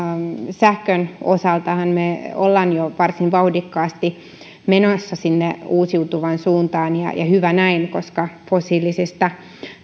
sähkön osaltahan me olemme jo varsin vauhdikkaasti menossa sinne uusiutuvan suuntaan ja ja hyvä näin koska fossiilisista